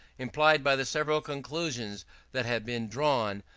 implied by the several conclusions that have been drawn,